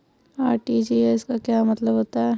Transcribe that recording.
RTGS का क्या मतलब होता है?